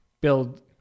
build –